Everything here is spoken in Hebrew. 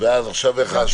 ואז עכשיו איך ההשפעה?